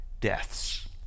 deaths